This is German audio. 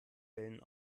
wellen